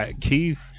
Keith